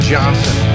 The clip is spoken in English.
Johnson